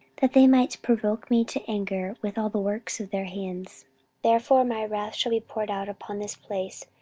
that they might provoke me to anger with all the works of their hands therefore my wrath shall be poured out upon this place,